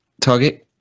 target